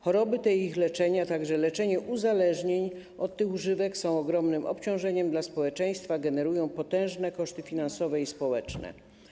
Choroby te i ich leczenie, a także leczenie uzależnień od tych używek są ogromnym obciążeniem dla społeczeństwa, generują potężne koszty finansowe i społeczne.